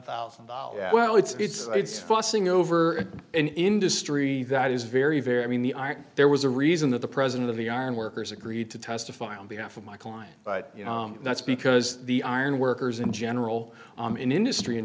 thousand dollars well it's fussing over an industry that is very very i mean the are there was a reason that the president of the arm workers agreed to testify on behalf of my client but that's because the iron workers in general in industry in